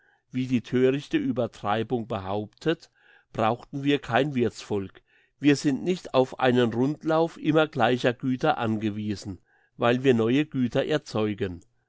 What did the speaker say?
wie die thörichte uebertreibung behauptet brauchten wir kein wirthsvolk wir sind nicht auf einen rundlauf immer gleicher güter angewiesen weil wir neue güter erzeugen